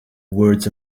words